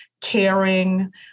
caring